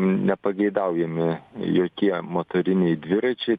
nepageidaujami jokie motoriniai dviračiai